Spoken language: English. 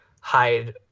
hide